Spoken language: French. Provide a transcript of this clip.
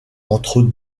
entre